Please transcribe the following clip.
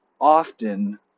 often